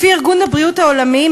לפי ארגון הבריאות העולמי,